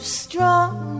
strong